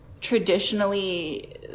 traditionally